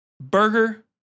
burger